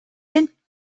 hin